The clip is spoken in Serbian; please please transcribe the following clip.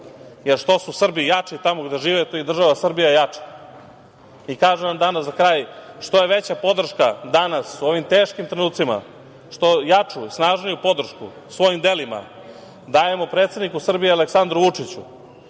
Što su Srbi jači tamo gde žive, tu je i država Srbija jača. Kažem vam danas, za kraj, što je veća podrška danas u ovim teškim trenucima, što jaču i snažniju podršku svojim delima dajemo predsednik Srbije, Aleksandru Vučiću,